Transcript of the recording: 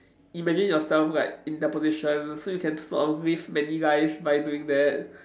imagine yourself like in their position so you can sort of live many lives by doing that